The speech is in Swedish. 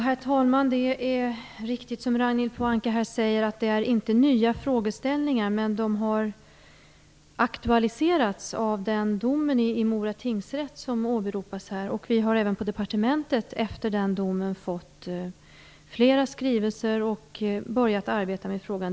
Herr talman! Det är riktigt som Ragnhild Pohanka säger att de här frågeställningarna inte är nya. Men de har aktualiserats av den dom i Mora tingsrätt som åberopas här. Efter den domen har vi även på departementet fått flera skrivelser och börjat arbeta med frågan.